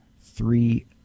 three